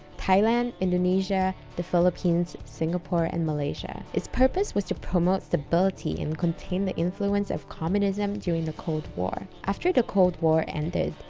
thailand, indonesia, the philippines, singapore and malaysia. its purpose was to promote stability and contain the influence of communism during the cold war. after the cold war and ended,